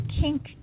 kink